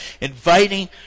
inviting